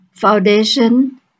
foundation